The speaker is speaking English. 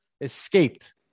escaped